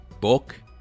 book